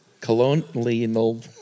Colonial